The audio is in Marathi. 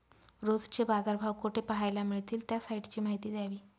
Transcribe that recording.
रोजचे बाजारभाव कोठे पहायला मिळतील? त्या साईटची माहिती द्यावी